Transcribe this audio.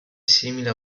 simile